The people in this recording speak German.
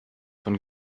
von